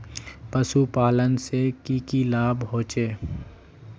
पशुपालन से की की लाभ होचे?